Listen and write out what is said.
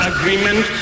Agreement